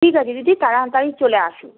ঠিক আছে দিদি তাড়াতাড়ি চলে আসুন